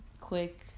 quick